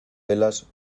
velas